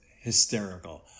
hysterical